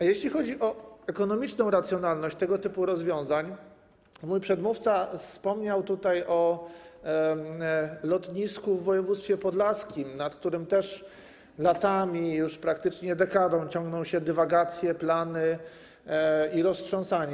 A jeśli chodzi o ekonomiczną racjonalność tego typu rozwiązań, mój przedmówca wspomniał tutaj o lotnisku w województwie podlaskim, w przypadku którego też latami, już praktycznie od dekady ciągną się dywagacje, plany i roztrząsanie.